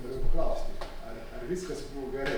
norėjau paklausti ar ar viskas buvo gerai